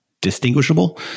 distinguishable